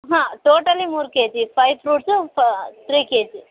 ಹಾಂ ಟೋಟಲಿ ಮೂರು KG five fruits ಫಾ ತ್ರೀ ಕೆಜಿ